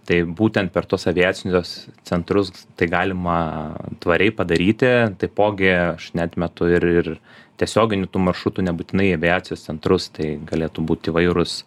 tai būtent per tuos aviacijos centrus tai galima tvariai padaryti taipogi aš neatmetu ir ir tiesioginių tų maršrutų nebūtinai į aviacijos centrus tai galėtų būt įvairūs